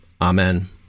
Amen